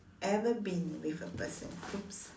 ever been with a person !oops!